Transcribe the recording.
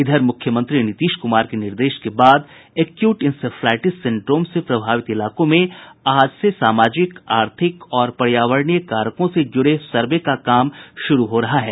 इधर मुख्यमंत्री नीतीश कुमार के निर्देश के बाद एक्यूट इंसेफ़्लाइटिस सिंड्रोम से प्रभावित इलाकों में आज से सामाजिक आर्थिक और पर्यावरणीय कारकों से जुड़े सर्वे का काम शुरू हो रहा है